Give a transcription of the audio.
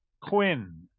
Quinn